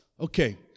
Okay